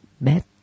bad